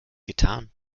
getan